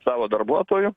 savo darbuotojų